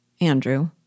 Andrew